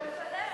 תתפלא.